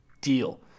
deal